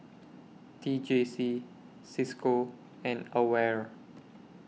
T J C CISCO and AWARE